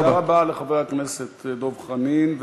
תודה רבה לחבר הכנסת דב חנין.